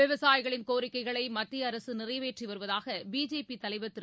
விவசாயிகளின் கோரிக்கைகளை மத்திய அரசு நிறைவேற்றி வருவதாக பிஜேபி தலைவர் திரு